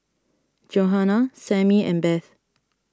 Johana Sammy and Beth